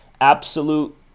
absolute